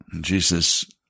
Jesus